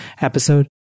episode